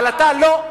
אבל אתה לא.